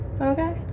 okay